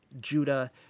Judah